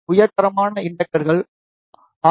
உயர் தரமான இண்டக்டர்கள் ஆர்